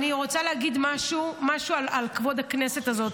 אני רוצה להגיד משהו על כבוד הכנסת הזאת,